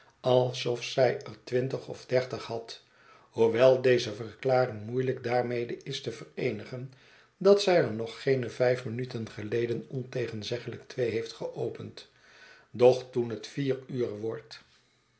alsof zij er twintig of dertig had hoewel deze verklaring moeielijk daarmede is te vereenigen dat zij er nog geene vijf minuten geleden ontegenzeglijk twee heeft geopend doch toen het vier uur wordt